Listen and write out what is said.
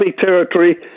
territory